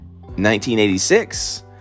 1986